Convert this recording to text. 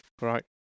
Right